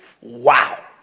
Wow